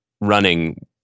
running